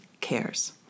cares